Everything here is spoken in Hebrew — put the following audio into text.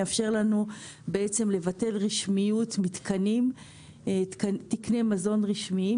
יאפשר לנו לבטל רשמיות מתקני מזון רשמיים